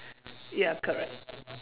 ya correct